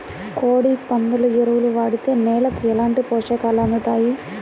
కోడి, పందుల ఎరువు వాడితే నేలకు ఎలాంటి పోషకాలు అందుతాయి